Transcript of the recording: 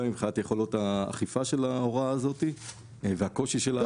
מבחינת יכולות האכיפה של ההוראה הזאת והקושי שלה.